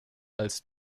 als